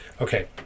Okay